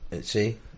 See